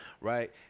Right